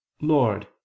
lord